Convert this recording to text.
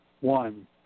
One